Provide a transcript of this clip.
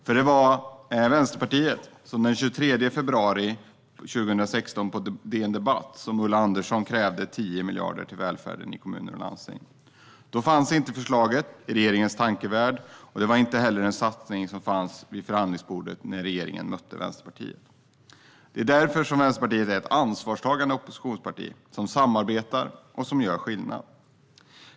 För det var Vänsterpartiet som den 23 februari på DN Debatt, i en artikel av Ulla Andersson, krävde 10 miljarder till välfärden i kommuner och landsting. Då fanns inte detta förslag i regeringens tankevärld, och det var inte heller en satsning som fanns vid förhandlingsbordet när regeringen mötte Vänsterpartiet. Det är därför som Vänsterpartiet är ett ansvarstagande oppositionsparti, som samarbetar och gör skillnad.